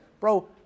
bro